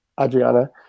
Adriana